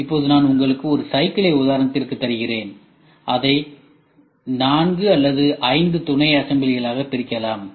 இப்போது நான் உங்களுக்கு ஒரு சைக்கிளின் உதாரணத்தை தருகிறேன் அதை நான்கு அல்லது ஐந்து துணைஅசம்பிளிகளாக பிரிக்கலாம்